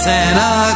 Santa